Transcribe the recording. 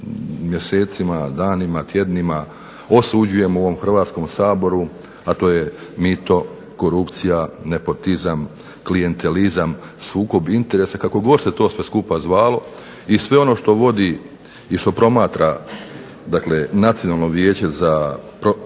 mjesecima, danima, tjednima osuđujemo u ovom Hrvatskom saboru a to je mito, korupcija, nepotizam, klijentelizam, sukob interesa kako god se sve to skupa zvalo i sve ono što promatra Nacionalno vijeće za praćenje